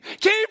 Keep